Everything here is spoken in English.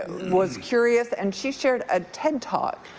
was curious and she shared a ted talk,